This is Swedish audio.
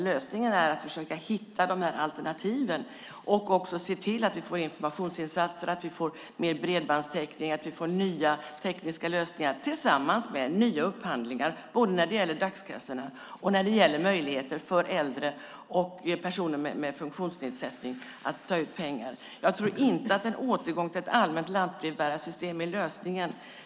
Lösningen är att försöka hitta alternativen och också se till att vi får informationsinsatser, bättre bredbandstäckning och nya tekniska lösningar tillsammans med nya upphandlingar, när det gäller både dagskassorna och möjligheten för äldre och personer med funktionsnedsättning att ta ut pengar. Jag tror inte att en återgång till ett allmänt lantbrevbärarsystem är lösningen.